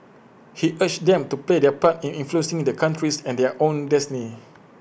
he urged them to play their part in influencing the country's and their own destiny